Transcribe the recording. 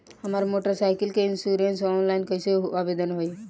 हमार motorcycle के insurance online कईसे आवेदन होई?